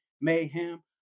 mayhem